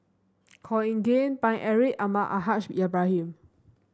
Khor Ean Ghee Paine Eric Almahdi Al Haj Ibrahim